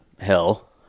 hell